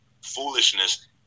foolishness